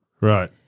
Right